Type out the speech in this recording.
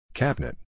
Cabinet